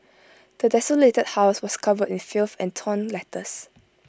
the desolated house was covered in filth and torn letters